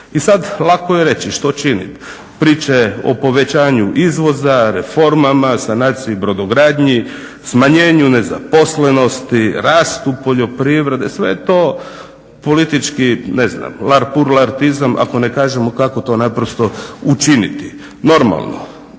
I sad lako je reći, što činit, priče o povećanju izvoza, reformama, sanaciji brodogradnji, smanjenju nezaposlenosti, rastu poljoprivrede sve je to politički larpurlartizam, ako ne kažemo kako to naprosto učiniti. Normalno